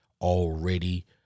already